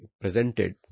presented